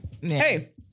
Hey